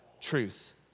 truth